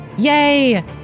Yay